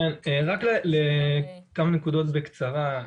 רק כמה נקודות בקצרה.